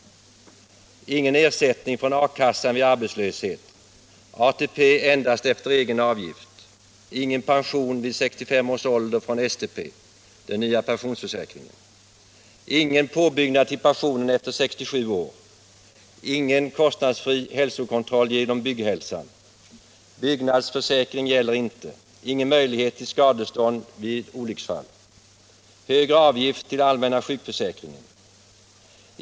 Ingen ersättning från a-kassan vid arbetslöshet. ATP endast efter egen avgift. Ingen pension vid 65 års ålder från STP, den nya pensionsförsäkringen. Ingen påbyggnad till pensionen efter 67 år. Ingen kostnadsfri hälsokontroll genom Bygghälsan. Byggnads” försäkring gäller inte. Ingen möjlighet till skadestånd vid olycksfall. Högre avgift till allmänna sjukförsäkringen.